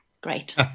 Great